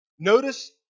Notice